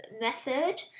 method